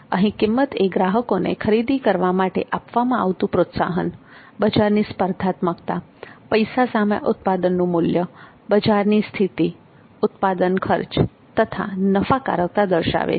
અહીં કિંમત એ ગ્રાહકોને ખરીદી કરવા માટે આપવામાં આવતું પ્રોત્સાહન બજારની સ્પર્ધાત્મકતા પૈસા સામે ઉત્પાદનનું મૂલ્ય બજારની સ્થિતિ ઉત્પાદન ખર્ચ તથા નફાકારકતા દર્શાવે છે